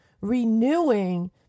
renewing